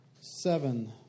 Seven